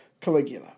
Caligula